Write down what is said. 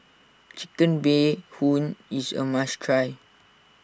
Chicken Bee Hoon is a must try